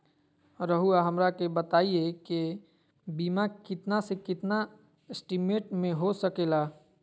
रहुआ हमरा के बताइए के बीमा कितना से कितना एस्टीमेट में हो सके ला?